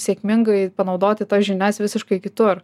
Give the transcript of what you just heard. sėkmingai panaudoti tas žinias visiškai kitur